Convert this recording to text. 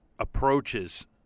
approaches